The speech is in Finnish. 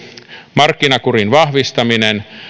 markkinakurin vahvistaminen